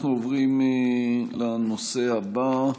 אנחנו עוברים לנושא הבא.